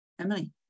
Emily